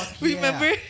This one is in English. remember